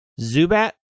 Zubat